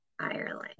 Ireland